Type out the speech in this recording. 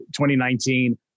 2019